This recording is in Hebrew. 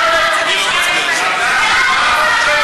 חבר הכנסת סעדי,